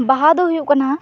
ᱵᱟᱦᱟ ᱫᱚ ᱦᱩᱭᱩᱜ ᱠᱟᱱᱟ